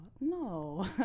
no